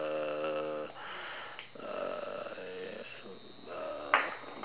uh